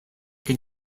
can